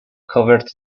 covered